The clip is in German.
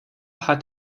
hat